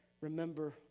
remember